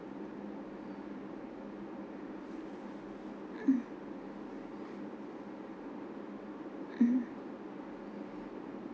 mm mm